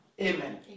Amen